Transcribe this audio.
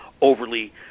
overly